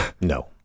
no